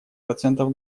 процентов